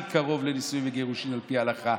הכי קרוב לנישואין וגירושין על פי ההלכה.